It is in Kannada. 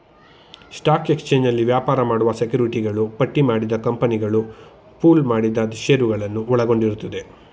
ಸ್ಟಾಕ್ ಎಕ್ಸ್ಚೇಂಜ್ನಲ್ಲಿ ವ್ಯಾಪಾರ ಮಾಡುವ ಸೆಕ್ಯುರಿಟಿಗಳು ಪಟ್ಟಿಮಾಡಿದ ಕಂಪನಿಗಳು ಪೂಲ್ ಮಾಡಿದ ಶೇರುಗಳನ್ನ ಒಳಗೊಂಡಿರುತ್ತವೆ